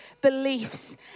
beliefs